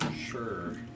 sure